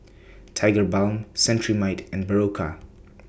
Tigerbalm Cetrimide and Berocca